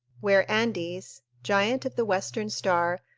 where andes, giant of the western star,